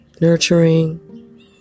nurturing